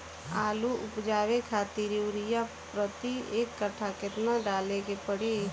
आलू उपजावे खातिर यूरिया प्रति एक कट्ठा केतना डाले के पड़ी?